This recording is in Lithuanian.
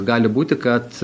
gali būti kad